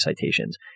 citations